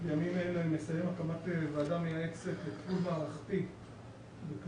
בימים אלה מסיים הקמת ועדה מייעצת לטיפול מערכתי בכלל